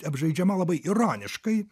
apžaidžiama labai ironiškai